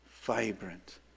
vibrant